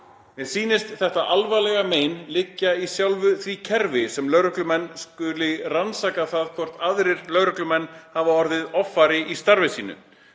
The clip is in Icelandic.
Mér sýnist þetta alvarlega mein liggja í sjálfu því kerfi að lögreglumenn skuli rannsaka það hvort aðrir lögreglumenn hafi orðið offari í starfi sínu.